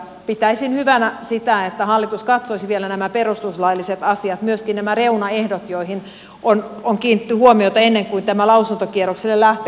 pitäisin hyvänä sitä että hallitus katsoisi vielä nämä perustuslailliset asiat myöskin nämä reunaehdot joihin on kiinnitetty huomiota ennen kuin tämä lausuntokierrokselle lähtee